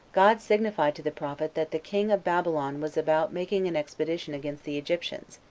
god signified to the prophet that the king of babylon was about making an expedition against the egyptians,